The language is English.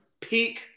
peak